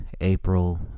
April